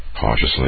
cautiously